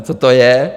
Co to je?